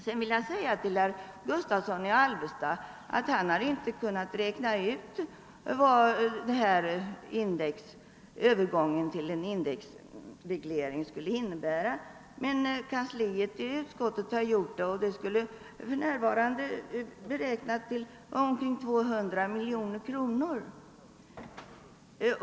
Herr Gustavsson i Alvesta har inte kunnat räkna ut vad övergången till en indexreglering av studiehjälpen skulle kosta, men utskottskansliet har gjort det, och kostnaden skulle för närvarande kunna beräknas till omkring 200 miljoner kronor.